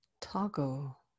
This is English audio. toggle